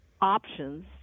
options